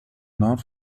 not